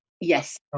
yes